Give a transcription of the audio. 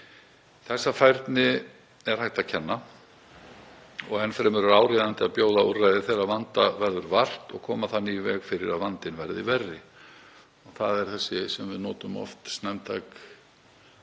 Þessa færni er hægt að kenna og enn fremur er áríðandi að bjóða úrræði þegar vanda verður vart og koma þannig í veg fyrir að vandinn verði verri. Það er þessi snemmtæka íhlutun sem